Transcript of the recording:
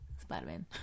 Spider-Man